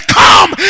come